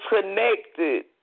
connected